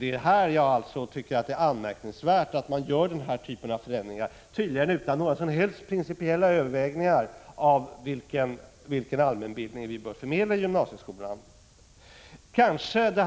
Här tycker jag alltså att det är anmärkningsvärt att det görs sådana här ändringar, tydligen utan några som helst principiella överväganden om vilken allmänbildning gymnasieskolan bör förmedla.